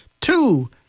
two